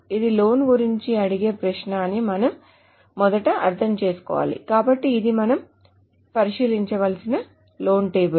ఇది లోన్ గురించి అడిగే ప్రశ్న అని మనం మొదట అర్థం చేసుకోవాలి కాబట్టి ఇది మనం పరిశీలించాల్సిన లోన్ టేబుల్